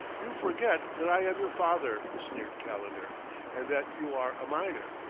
you forget that i am your father, sneered calendar and that you are a minor.